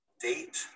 Date